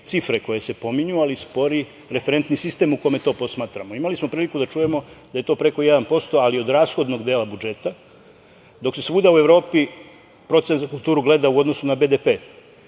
cifre koje se pominju, ali spori referentni sistem u kome to posmatramo. Imali smo prilike da čujemo da je to preko 1%, ali od rashodnog dela budžeta, dok se svuda u Evropi procenat za kulturu gleda u odnosu na BDP.